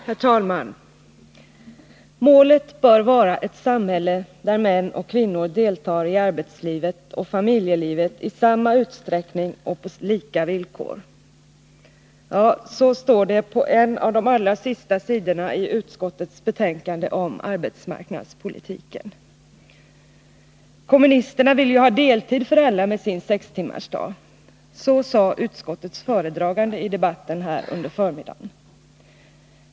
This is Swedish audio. Herr talman! ”Målet bör vara ett samhälle där män och kvinnor deltar i arbetslivet och familjelivet i samma utsträckning och på lika villkor.” Ja, så står det på en av de allra sista sidorna i arbetsmarknadsutskottets betänkande om arbetsmarknadspolitiken. Kommunisterna med sin sextimmarsdag vill ju ha deltid för alla. Så sade utskottets föredragande i debatten här under förmiddagen.